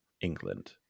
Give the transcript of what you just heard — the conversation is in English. England